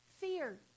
Fear